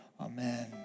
Amen